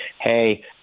hey